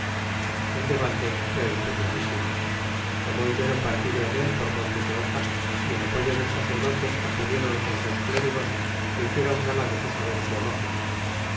el debate fue empeñadísimo tomó ibero partido en él por montes de oca y en apoyo del sacerdote acudieron otros dos clérigos que hicieron gala de su saber teológico